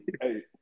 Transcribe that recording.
hey